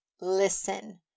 Listen